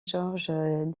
georges